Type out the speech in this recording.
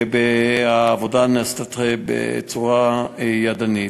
העבודה נעשית בצורה ידנית.